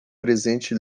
presente